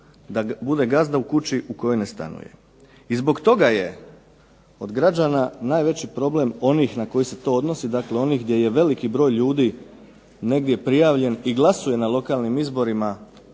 da bude gazda u kući u kojoj ne stanuje. I zbog toga je od građana najveći problem onih na koje se to odnosi, dakle onih gdje je veliki broj ljudi negdje prijavljen i glasuje na lokalnim izborima,